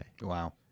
wow